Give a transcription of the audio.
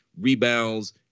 rebounds